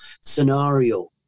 scenario